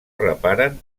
reparen